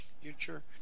future